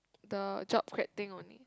the job creating only